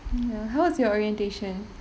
mm ya how was your orientation